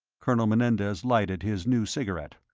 colonel menendez lighted his new cigarette.